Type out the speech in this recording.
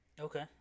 Okay